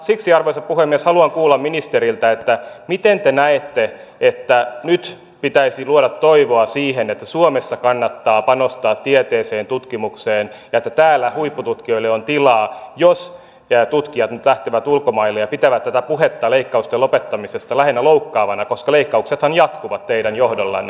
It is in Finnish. siksi arvoisa puhemies haluan kuulla ministeriltä miten te näette että nyt pitäisi luoda toivoa siihen että suomessa kannattaa panostaa tieteeseen ja tutkimukseen ja että täällä huippututkijoille on tilaa jos tutkijat nyt lähtevät ulkomaille ja pitävät tätä puhetta leikkausten lopettamisesta lähinnä loukkaavana koska leikkauksethan jatkuvat teidän johdollanne